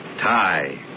tie